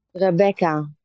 rebecca